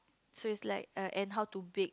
so is like err and how to bake